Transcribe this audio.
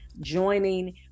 joining